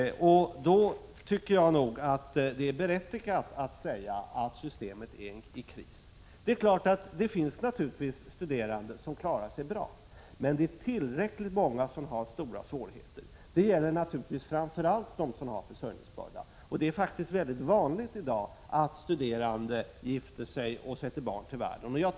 Det är därför berättigat att säga att studiestödssystemet är i kris. Det finns naturligtvis studerande som klarar sig bra, men det är tillräckligt många som har stora svårigheter. Det gäller framför allt dem som har försörjningsbörda — det är i dag mycket vanligt att studerande gifter sig och sätter barn till världen.